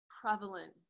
prevalent